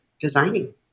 designing